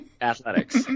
athletics